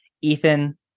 ethan